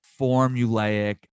formulaic